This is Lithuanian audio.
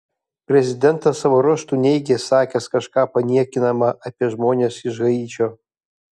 prezidentas savo ruožtu neigė sakęs kažką paniekinama apie žmones iš haičio